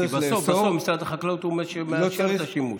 כי בסוף בסוף משרד החקלאות הוא שמאשר את השימוש.